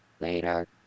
Later